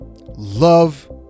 love